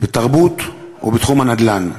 בתרבות ובתחום הנדל"ן.